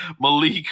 Malik